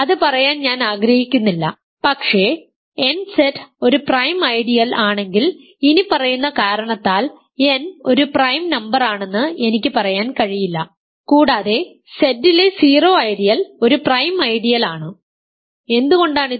അത് പറയാൻ ഞാൻ ആഗ്രഹിക്കുന്നില്ല പക്ഷേ nZ ഒരു പ്രൈം ഐഡിയൽ ആണെങ്കിൽ ഇനിപ്പറയുന്ന കാരണത്താൽ n ഒരു പ്രൈം നമ്പറാണെന്ന് എനിക്ക് പറയാൻ കഴിയില്ല കൂടാതെ Z ലേ 0 ഐഡിയൽ ഒരു പ്രൈം ഐഡിയൽ ആണ് എന്തുകൊണ്ടാണ് ഇത്